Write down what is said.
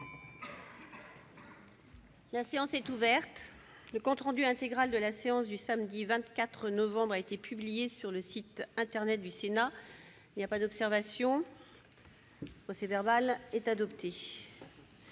La séance est ouverte. Le compte rendu intégral de la séance du samedi 24 novembre 2018 a été publié sur le site internet du Sénat. Il n'y a pas d'observation ?... Le procès-verbal est adopté.